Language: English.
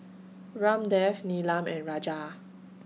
Ramdev Neelam and Raja